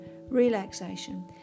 relaxation